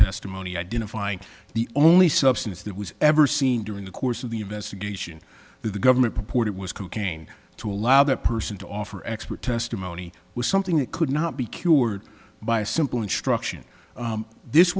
testimony identifying the only substance that was ever seen during the course of the investigation that the government purported was cocaine to allow that person to offer expert testimony was something that could not be cured by a simple instruction this